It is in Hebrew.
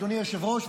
אדוני היושב-ראש,